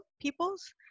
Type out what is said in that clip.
peoples